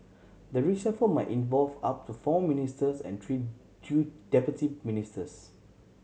the reshuffle might involve up to four ministers and three due deputy ministers